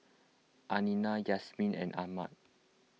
Aina Yasmin and Ahmad